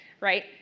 right